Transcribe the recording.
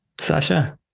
Sasha